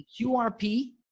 QRP